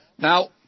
Now